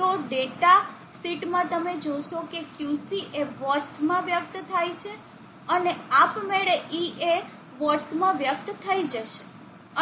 તો ડેટા શીટમાં તમે જોશો કે Qc એ વોટ્સ માં વ્યક્ત થાય છે અને આપમેળે E એ વોટ્સ માં વ્યક્ત થઈ જશે